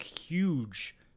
huge